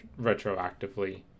Retroactively